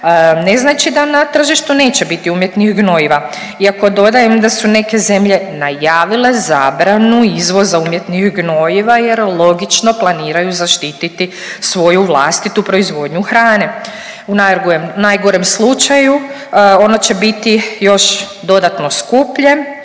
ne znači da na tržištu neće biti umjetnih gnojiva iako dodajem da su neke zemlje najavile zabranu izvoza umjetnih gnojiva jer logično planiraju zaštiti svoju vlastitu proizvodnju hrane. U najgorem slučaju ono će biti još dodatno skuplje